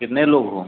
कितने लोग हो